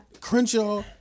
Crenshaw